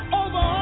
over